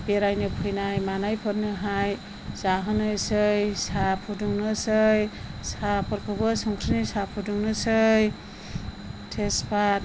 बेरायनो फैनाय मानायफोरनोहाय जाहोनोसै साहा फुदुंनोसै साहाफोरखौबो संख्रिनि साहा फुदुंनोसै थेज फाथ